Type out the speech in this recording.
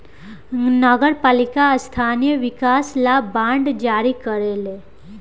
नगर पालिका स्थानीय विकास ला बांड जारी करेले